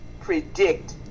predict